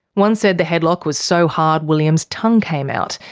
one said the headlock was so hard william's tongue came out,